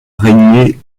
régné